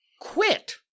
quit